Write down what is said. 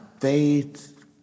faith